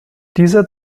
dieser